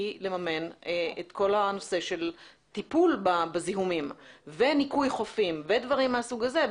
היא לממן את כול הנושא טיפול בזיהומים וניקוי חופים ודברים מהסוג הזה.